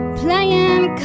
playing